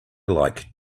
like